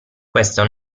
questo